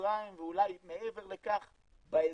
מצרים ואולי מעבר לכך באזור,